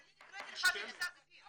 אני הקראתי לך מפסק דין.